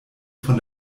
von